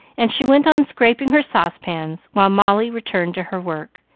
and she went on scraping her saucepans, while molly returned to her work,